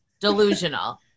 Delusional